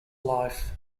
life